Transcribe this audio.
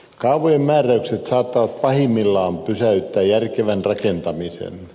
kaavojen määräykset saattavat pahimmillaan pysäyttää järkevän rakentamisen